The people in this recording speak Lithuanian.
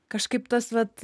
kažkaip tas vat